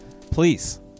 Please